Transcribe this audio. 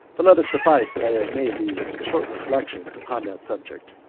but let it suffice that i have made these short reflections upon that subject.